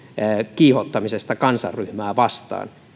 kiihottamisesta kansanryhmää vastaan